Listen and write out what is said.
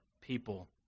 people